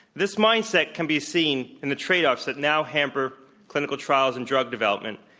this mindset can be seen in the triage that now hamper clinical trials and drug development.